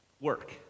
work